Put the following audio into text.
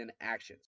actions